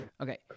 okay